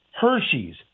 Hershey's